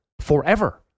forever